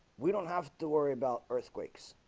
we don't have to worry about earthquakes